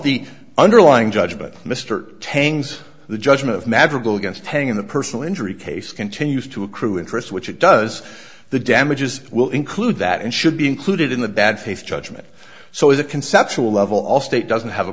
the underlying judgment mr tang's the judgment of madrigal against hang in the personal injury case continues to accrue interest which it does the damages will include that and should be included in the bad faith judgment so as a conceptual level all state doesn't have a